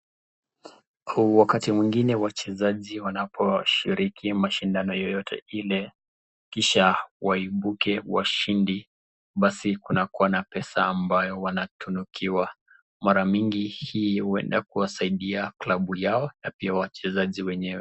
Wakati mwingine ambapo wachezaji wanaposhiriki mashindano yeyote ile kisha waibuke washindi, basi kunakuwa na pesa ambayo wanatunukiwa mara mingi huenda kuisaidia klabu yao na pia wachezaji wenyewe.